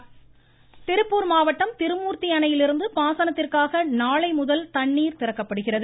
ருருருரு அணை திறப்பு திருப்பூர் மாவட்டம் திருமூர்த்தி அணையிலிருந்து பாசனத்திற்காக நாளை முதல் தண்ணீர் திறக்கப்படுகிறது